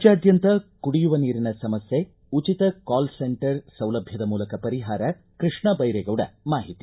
ರಾಜ್ಯಾದ್ಯಂತ ಕುಡಿಯುವ ನೀರಿನ ಸಮಸ್ಥೆ ಉಚಿತ ಕಾಲ್ ಸೆಂಟರ್ ಸೌಲಭ್ಯದ ಮೂಲಕ ಪರಿಹಾರ ಕೃಷ್ಣ ಬೈರೇಗೌಡ ಮಾಹಿತಿ